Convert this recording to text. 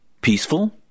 peaceful